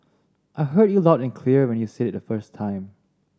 I heard you loud and clear when you said it the first time